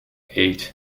eight